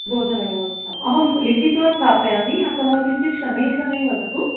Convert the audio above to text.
भोजनव्यवस्था अहं लिखित्वा स्थापयामि अतः किञ्चित् शनैः शनैः वदतु